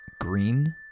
Green